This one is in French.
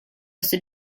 assez